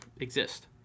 exist